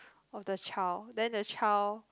of the child then the child